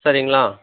சரிங்களா